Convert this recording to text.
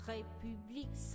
République